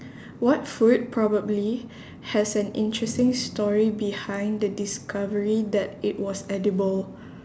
what food probably has an interesting story behind the discovery that it was edible